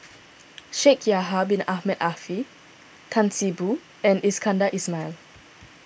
Shaikh Yahya Bin Ahmed Afifi Tan See Boo and Iskandar Ismail